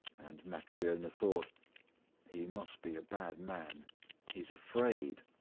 and matryona thought he must be a bad man he's afraid.